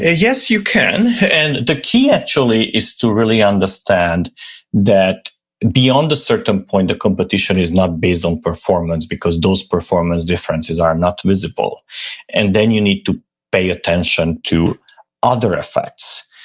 yes you can and the key actually, is to really understand that beyond a certain point, the competition is not based on performance because those performance differences are not visible and then you need to pay attention to other effects,